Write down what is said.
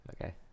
Okay